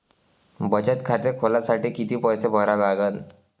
बचत खाते खोलासाठी किती पैसे भरा लागन?